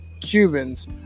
Cubans